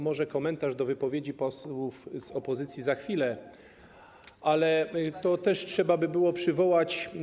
Może komentarz do wypowiedzi posłów z opozycji za chwilę, ale to też trzeba by było przywołać.